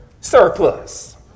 surplus